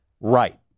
Right